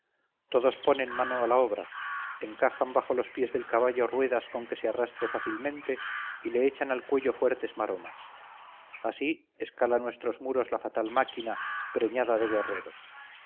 todos ponen mano a la obra encajan bajo los pies del caballo ruedas con que se arrastre fácilmente y le echan al cuello fuertes maromas así escala nuestros muros la fatal máquina preñada de guerreros